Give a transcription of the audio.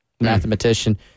Mathematician